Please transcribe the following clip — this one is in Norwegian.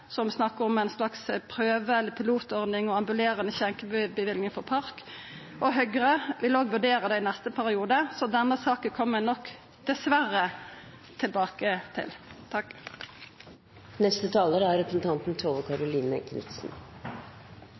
som snakkar om ei slags pilotordning og ambulerande skjenkebevilling for park, og Høgre vurdera det i neste periode. Denne saka kjem vi nok dessverre tilbake til.